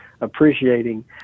appreciating